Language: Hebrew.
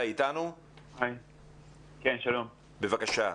אמיתי, בבקשה.